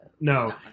No